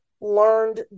learned